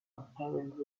apparent